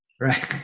right